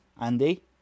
Andy